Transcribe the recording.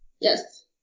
Yes